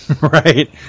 Right